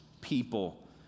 people